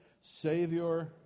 Savior